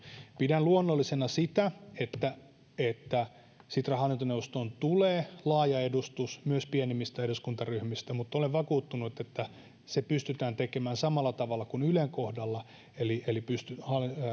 pidän luonnollisena sitä että että sitran hallintoneuvostoon tulee laaja edustus myös pienemmistä eduskuntaryhmistä mutta olen vakuuttunut että se pystytään tekemään samalla tavalla kuin ylen kohdalla eli eli